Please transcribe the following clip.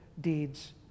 deeds